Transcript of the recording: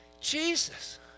Jesus